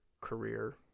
career